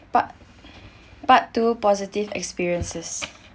part part two positive experiences